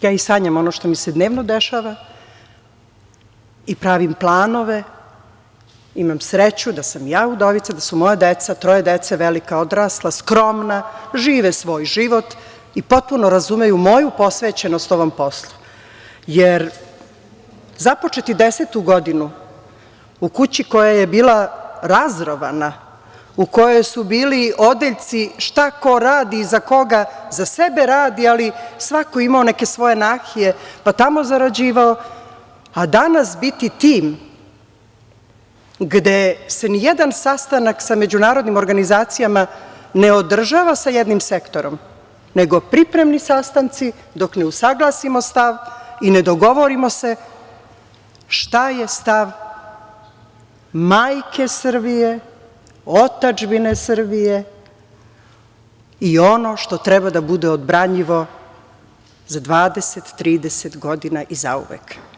Ja i sanjam ono što mi se dnevno dešava i pravim planove, imam sreću da sam ja udovica, da su moja deca, troje dece, velika i skromna, žive svoj život, i potpuno razumeju moju posvećenost mom poslu, jer započeti desetu godinu u kući koja je bila razrovana, u kojoj su bili odeljci šta ko radi i za koga, za sebe radi, ali svako ima neke svoje nahije, pa tamo zarađivao, a danas biti tim, gde se nijedan sastanak sa Međunarodnom organizacijom, ne održava sa jednim sektorom, nego pripremni sastanci, dok ne usaglasimo stav i ne dogovorimo se šta je stav majke Srbije, otadžbine Srbije i ono što treba da bude odbranjivo, za 20, 30 godina zauvek.